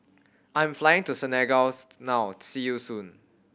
I am flying to Senegal's now see you soon